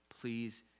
please